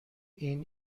این